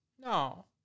No